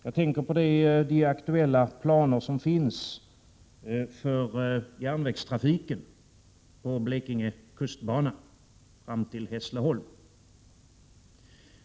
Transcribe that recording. Jag avser de aktuella planer som finns för järnvägstrafiken på Blekinge kustbana fram till Hässleholm.